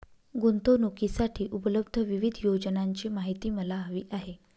गुंतवणूकीसाठी उपलब्ध विविध योजनांची माहिती मला हवी आहे